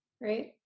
right